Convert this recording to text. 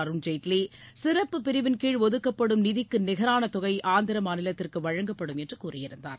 அருண்ஜேட்லி சிறப்பு பிரிவின் கீழ் ஒதுக்கப்படும் நிதிக்கு நிகரான தொகை ஆந்திர மாநிலத்திற்கு வழங்கப்படும் என்று கூறியிருந்தார்